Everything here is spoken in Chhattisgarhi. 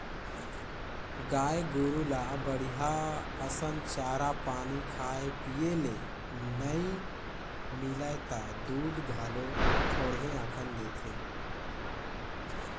गाय गोरु ल बड़िहा असन चारा पानी खाए पिए ले नइ मिलय त दूद घलो थोरहें अकन देथे